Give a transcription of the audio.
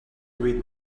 read